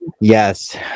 Yes